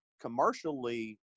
commercially